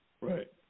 Right